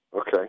Okay